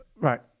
Right